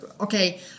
okay